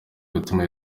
gutuma